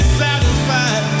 satisfied